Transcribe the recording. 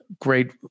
Great